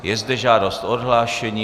Je zde žádost o odhlášení.